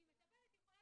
כי מטפלת יכולה